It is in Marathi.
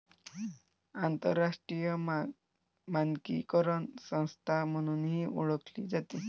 आंतरराष्ट्रीय मानकीकरण संस्था म्हणूनही ओळखली जाते